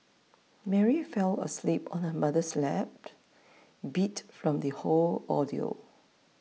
Mary fell asleep on her mother's lap beat from the whole ordeal